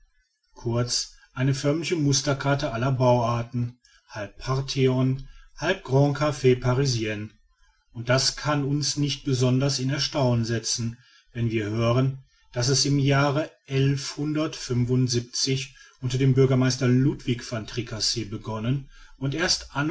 kurz eine förmliche musterkarte aller bauarten halb parthenon halb grand caf parisien und das kann uns nicht besonders in erstaunen setzen wenn wir hören daß es im jahre unter dem bürgermeister ludwig van tricasse begonnen und erst